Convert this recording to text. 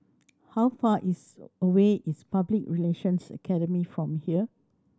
how far is away is Public Relations Academy from here